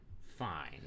fine